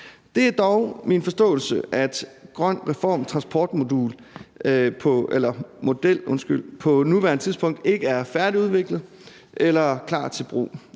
Det er dog min forståelse, at GrønREFORMs transportmodel på nuværende tidspunkt ikke er færdigudviklet eller klar til brug.